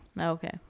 Okay